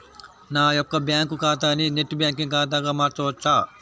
నా యొక్క బ్యాంకు ఖాతాని నెట్ బ్యాంకింగ్ ఖాతాగా మార్చవచ్చా?